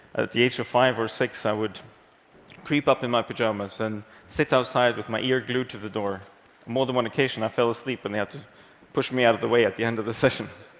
at the age of five or six i would creep up in my pajamas and sit outside with my ear glued to the door. on more than one occasion, i fell asleep and they had to push me out of the way at the end of the session.